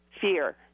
fear